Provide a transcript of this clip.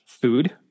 food